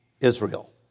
Israel